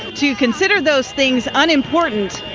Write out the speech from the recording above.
to consider those things unimportant.